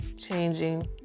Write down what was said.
changing